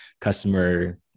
customer